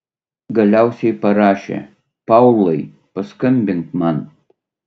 galiausiai parašė paulai paskambink man